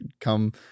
come